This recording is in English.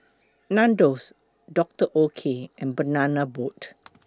Nandos Dr Oetker and Banana Boat